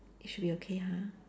it should be okay ha